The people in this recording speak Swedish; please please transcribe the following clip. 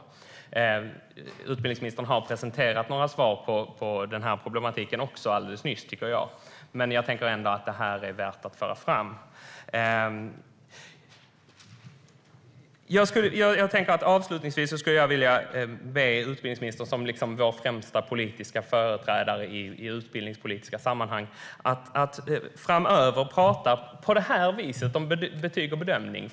Jag tycker att utbildningsministern alldeles nyss har presenterat några svar på denna problematik också. Men jag tycker ändå att detta är värt att föra fram. Avslutningsvis skulle jag vilja be utbildningsministern, som vår främsta politiska företrädare i utbildningspolitiska sammanhang, att framöver tala på detta sätt om betyg och bedömning.